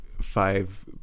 five